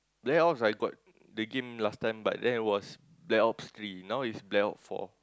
black ops I got the game last time but then it was black ops three now it's black ops four